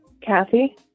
Kathy